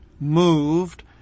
moved